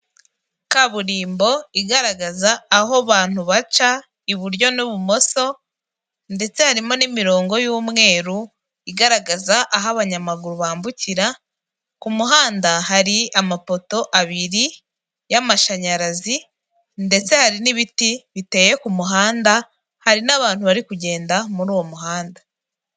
Kaburimbo igaragaza aho abantu baca, iburyo n'ibumoso, ndetse harimo n'imirongo y'umweru, igaragaza aho abanyamaguru bambukira, ku muhanda hari amapoto abiri y'amashanyarazi, ndetse hari n'ibiti biteye ku muhanda, hari n'abantu bari kugenda muri uwo muhanda.